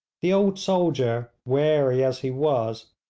the old soldier, wary as he was,